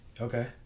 Okay